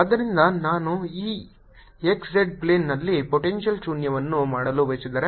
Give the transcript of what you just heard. ಆದ್ದರಿಂದ ನಾನು ಈ x z ಪ್ಲೇನ್ನಲ್ಲಿ ಪೊಟೆಂಶಿಯಲ್ ಶೂನ್ಯವನ್ನು ಮಾಡಲು ಬಯಸಿದರೆ